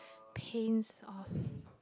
paints off